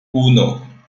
uno